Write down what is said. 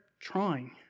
trying